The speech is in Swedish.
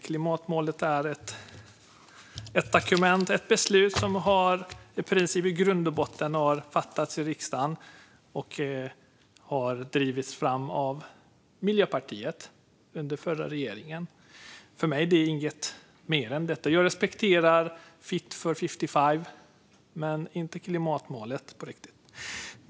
Klimatmålet är ett dokument, ett beslut, som i grund och botten har fattats i riksdagen och som drevs fram av Miljöpartiet under den förra regeringen. För mig är det inget mer än det. Jag respekterar Fit for 55 men inte klimatmålet.